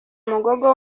umugogo